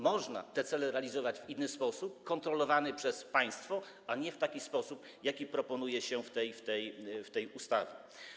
Można te cele realizować w inny sposób, kontrolowany przez państwo, a nie w taki sposób, jaki proponuje się w tej ustawie.